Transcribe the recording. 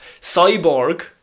Cyborg